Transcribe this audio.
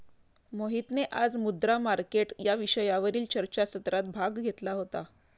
मोहितने आज मुद्रा मार्केट या विषयावरील चर्चासत्रात भाग घेतला होता